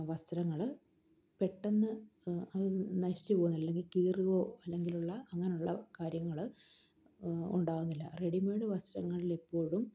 വസ്ത്രങ്ങള് പെട്ടെന്ന് അത് നശിച്ചുപോകുന്നില്ല അല്ലെങ്കില് കീറുകയോ അല്ലെങ്കിലുള്ള അങ്ങനെയുള്ള കാര്യങ്ങള് ഉണ്ടാകുന്നില്ല റെഡിമെയ്ഡ് വസ്ത്രങ്ങളിൽ എപ്പോഴും